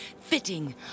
fitting